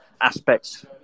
aspects